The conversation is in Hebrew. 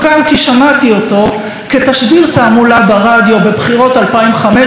כי שמעתי אותו כתשדיר תעמולה ברדיו בבחירות 2015,